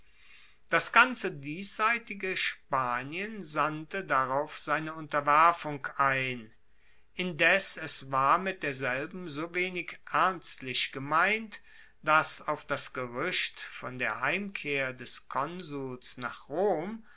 das ganze diesseitige spanien sandte darauf seine unterwerfung ein indes es war mit derselben so wenig ernstlich gemeint dass auf das geruecht von der heimkehr des konsuls nach rom